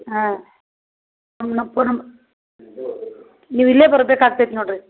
ಹಾಂ ನಮ್ಮ ನೀವು ಇಲ್ಲೇ ಬರ್ಬೇಕು ಆಗ್ತೈತೆ ನೋಡ್ರಿ